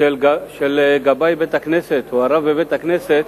על גבאי בית-הכנסת, או הרב בבית-הכנסת,